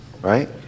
Right